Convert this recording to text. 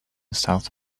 south